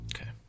Okay